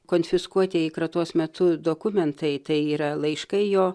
konfiskuotieji kratos metu dokumentai tai yra laiškai jo